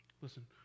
Listen